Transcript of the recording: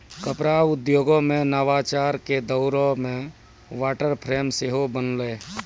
कपड़ा उद्योगो मे नवाचार के दौरो मे वाटर फ्रेम सेहो बनलै